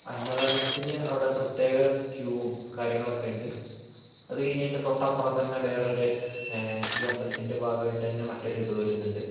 അന്നദാനത്തിന് അവിടെ പ്രത്യേക ക്യൂവും കാര്യങ്ങളൊക്കെ ഉണ്ട് അത് കഴിഞ്ഞ് അതിൻ്റെ തൊട്ട് അപ്പുറത്തുതന്നെ വേറൊരു ഈ അമ്പലത്തിൻ്റെ ഭാഗമായിട്ടുതന്നെ മറ്റൊരു ഇത് വരുന്നുണ്ട്